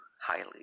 highly